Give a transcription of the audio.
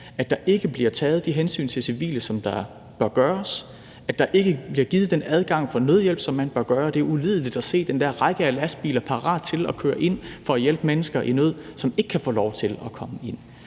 at der ikke bliver taget de hensyn til civile, som der bør tages; at der ikke bliver givet den adgang til nødhjælp, som man bør give – det er ulideligt at se den der række af lastbiler, der er parat til at køre ind for at hjælpe mennesker i nød, men som ikke kan få lov til at komme ind.